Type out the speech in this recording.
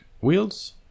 wheels